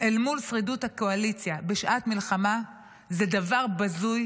אל מול שרידות הקואליציה בשעת מלחמה זה דבר בזוי,